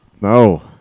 No